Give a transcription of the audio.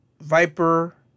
Viper